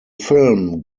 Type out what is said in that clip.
film